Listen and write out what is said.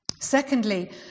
Secondly